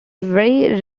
very